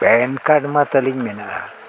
PAN card ᱢᱟ ᱛᱟᱹᱞᱤᱧ ᱢᱮᱱᱟᱜᱼᱟ